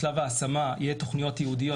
בשלב ההשמה יהיו תוכניות ייעודיות,